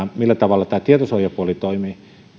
millä tavalla tämä tietosuojapuoli toimii